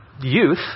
youth